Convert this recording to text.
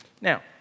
Now